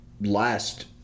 last